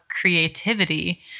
creativity